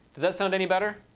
does that sound any better?